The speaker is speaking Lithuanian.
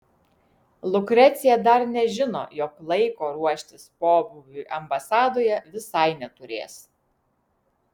lukrecija dar nežino jog laiko ruoštis pobūviui ambasadoje visai neturės